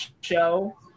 show